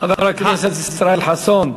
חבר הכנסת ישראל חסון,